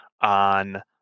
on